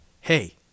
hey